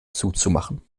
zuzumachen